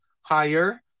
higher